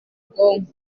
bwonko